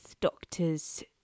Doctor's